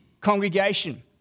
congregation